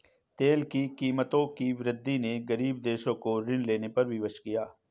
तेल की कीमतों की वृद्धि ने गरीब देशों को ऋण लेने पर विवश किया